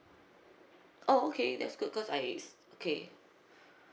oh okay that's good cause I okay